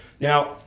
Now